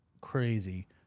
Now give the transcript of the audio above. crazy